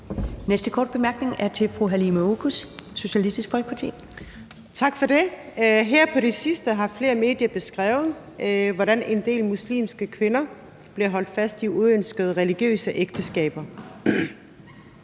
Næste korte bemærkning er fra fru Halime Oguz, Socialistisk Folkeparti. Kl. 14:56 Halime Oguz (SF): Tak for det. Her på det seneste har flere medier beskrevet, hvordan en del muslimske kvinder bliver holdt fast i uønskede religiøse ægteskaber.